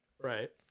Right